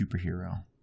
superhero